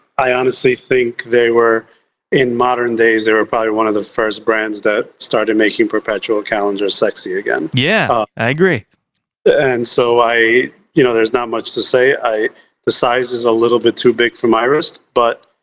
i honestly think they were in modern days they were probably one of the first brands that started making perpetual calendars sexy again yeah i agree and so i you know there's not much to say i the size is a little bit too big for my wrist but